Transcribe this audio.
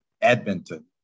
Edmonton